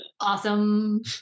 awesome